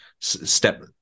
step